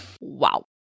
Wow